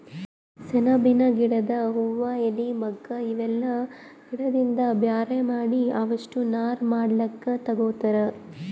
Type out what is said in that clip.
ಸೆಣಬಿನ್ ಗಿಡದ್ ಹೂವಾ ಎಲಿ ಮೊಗ್ಗ್ ಇವೆಲ್ಲಾ ಗಿಡದಿಂದ್ ಬ್ಯಾರೆ ಮಾಡಿ ಅವಷ್ಟೆ ನಾರ್ ಮಾಡ್ಲಕ್ಕ್ ತಗೊತಾರ್